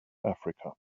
africa